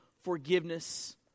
forgiveness